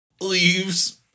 Leaves